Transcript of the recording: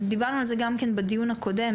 דיברנו על זה גם בדיון הקודם.